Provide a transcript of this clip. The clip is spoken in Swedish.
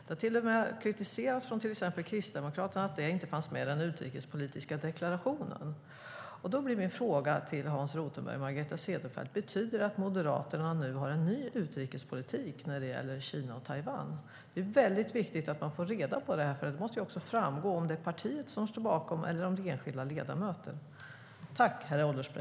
Kristdemokraterna kritiserade till och med att den inte fanns med i den utrikespolitiska deklarationen. Min fråga till Hans Rothenberg och Margareta Cederfelt är: Har Moderaterna en ny utrikespolitik vad gäller Kina och Taiwan? Det är viktigt att vi får reda på det, för det måste framgå om det är partiet som står bakom detta eller om det är enskilda ledamöter.